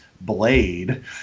blade